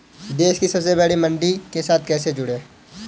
देश की सबसे बड़ी मंडी के साथ कैसे जुड़ें?